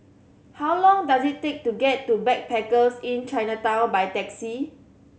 how long does it take to get to Backpackers Inn Chinatown by taxi